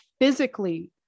physically